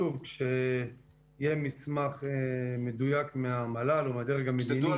וכשיהיה מסמך מדויק מהמל"ל או מהדרג המדיני איך,